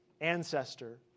ancestor